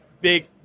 big